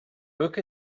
book